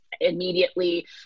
immediately